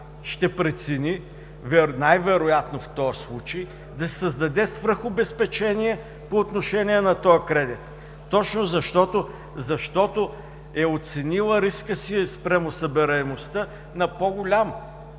Ще прецени най-вероятно в този случай да си създаде свръх обезпечение по отношение на този кредит, точно защото е оценила риска си спрямо събираемостта на по-голям.